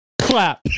clap